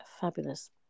fabulous